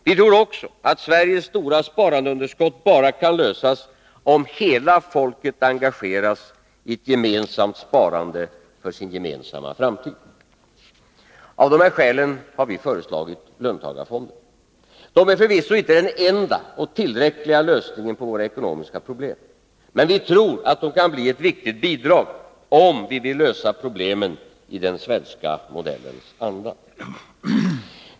Vi tror också att problemet med Sveriges stora sparandeunderskott kan lösas bara om hela folket engageras i ett gemensamt sparande för sin gemensamma framtid. Av dessa skäl har vi förslagit löntagarfonder. De är förvisso inte den enda och tillräckliga lösningen på våra ekonomiska problem. Men vi tror att de kan bli ett viktigt bidrag — om vi vill lösa problemen i den svenska modellens anda.